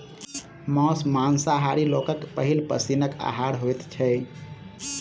मौस मांसाहारी लोकक पहिल पसीनक आहार होइत छै